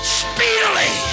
speedily